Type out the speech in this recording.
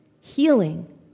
healing